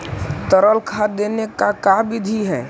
तरल खाद देने के का बिधि है?